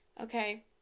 Okay